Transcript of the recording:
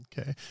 Okay